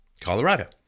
Colorado